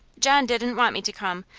john didn't want me to come.